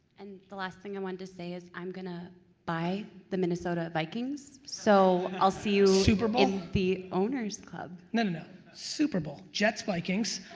and the last thing i wanted to say is i'm gonna buy the minnesota vikings so i'll see you. super bowl? in the owners club. no, no super bowl. jets vikings,